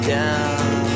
down